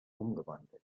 umgewandelt